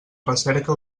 recerca